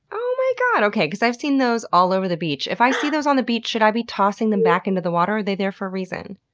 oh my god. okay, because i've seen those all over the beach. if i see those on the beach, should i be tossing them back into the water? are they there for a reason?